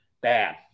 Bad